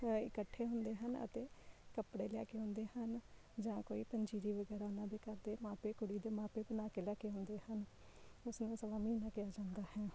ਇਕੱਠੇ ਹੁੰਦੇ ਹਨ ਅਤੇ ਕੱਪੜੇ ਲੈ ਕੇ ਆਉਂਦੇ ਹਨ ਜਾਂ ਕੋਈ ਪੰਜੀਰੀ ਵਗੈਰਾ ਉਹਨਾਂ ਦੇ ਘਰ ਦੇ ਮਾਂਪੇ ਕੁੜੀ ਦੇ ਮਾਂਪੇ ਬਣਾ ਕੇ ਲੈ ਕੇ ਆਉਂਦੇ ਹਨ ਉਸਨੂੰ ਸਵਾ ਮਹੀਨਾ ਕਿਹਾ ਜਾਂਦਾ ਹੈ